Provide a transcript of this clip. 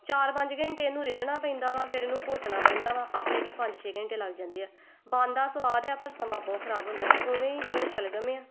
ਚਾਰ ਪੰਜ ਘੰਟੇ ਇਹਨੂੰ ਰਿੰਨਣਾ ਪੈਂਦਾ ਵਾ ਫਿਰ ਇਹਨੂੰ ਘੋਟਣਾ ਪੈਂਦਾ ਵਾ ਆਪਣੇ ਕਿ ਪੰਜ ਛੇ ਘੰਟੇ ਲੱਗ ਜਾਂਦੇ ਆ ਬਣਦਾ ਸਵਾਦ ਆ ਪਰ ਸਮਾਂ ਬਹੁਤ ਖਰਾਬ ਹੁੰਦਾ ਹੈ ਉਵੇਂ ਹੀ ਜਿਵੇਂ ਸ਼ਲਗਮ ਆ